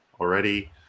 already